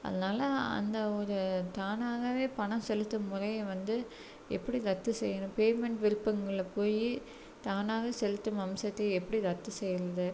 அதனால் அந்த ஒரு தானாகவே பணம் செலுத்தும் முறையை வந்து எப்படி ரத்து செய்யணும் பேமெண்ட் விருப்பங்கள்ல போயி தானாக செலுத்தும் அம்சத்தை எப்படி ரத்து செய்யறது